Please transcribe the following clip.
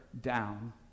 down